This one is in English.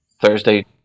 Thursday